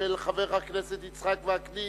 של חבר הכנסת יצחק וקנין,